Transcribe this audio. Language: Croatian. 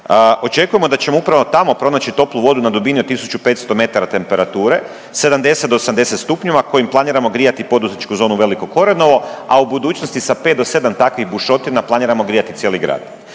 Očekujemo da ćemo upravo tamo pronaći toplu vodu na dubini od 1500 metara temperature 70-80 stupnjeva kojim planiramo grijati poduzetničku zonu Veliko Korenovo, a u budućnosti sa 5-7 takvih bušotina planiramo grijati cijeli grad.